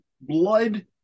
blood